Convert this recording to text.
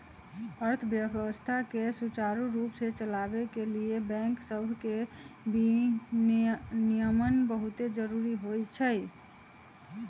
अर्थव्यवस्था के सुचारू रूप से चलाबे के लिए बैंक सभके विनियमन बहुते जरूरी होइ छइ